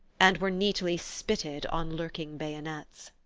and were neatly spitted on lurking bayonets.